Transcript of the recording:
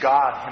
God